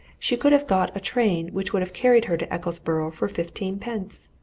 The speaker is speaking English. she could have got a train which would have carried her to ecclesborough for fifteen pence?